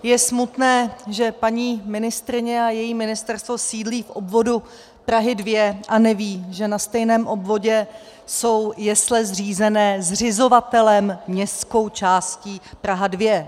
Je smutné, že paní ministryně a její ministerstvo sídlí v obvodu Prahy 2 a neví, že na stejném obvodě jsou jesle zřízené zřizovatelem městskou částí Praha 2.